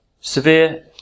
Severe